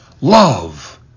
love